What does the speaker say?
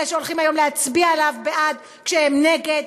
אלה שהולכים היום להצביע בעדו כשהם נגד,